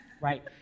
right